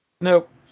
Nope